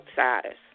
outsiders